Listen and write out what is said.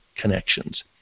connections